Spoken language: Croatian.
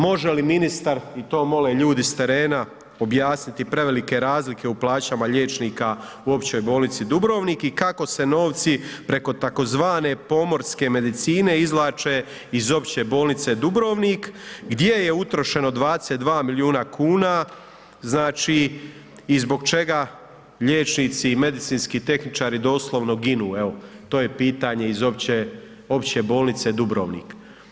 Može li ministar i to mole ljudi s terena objasniti prevelike razlike u plaćama liječnika u Općoj bolnici Dubrovnik i kako se novci preko tzv. pomorske medicine izvlače iz Opće bolnice Dubrovnik, gdje je utrošeno 22 milijuna kuna, znači i zbog čega liječnici i medicinski tehničari doslovno ginu evo, to je pitanje iz Opće bolnice Dubrovnik.